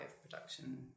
production